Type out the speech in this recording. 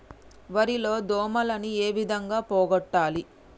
వరి లో దోమలని ఏ విధంగా పోగొట్టాలి?